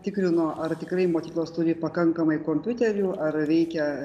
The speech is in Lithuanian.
tikrino ar tikrai mokyklos turi pakankamai kompiuterių ar veikia